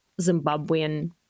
Zimbabwean